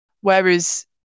Whereas